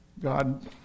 God